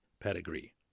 pedigree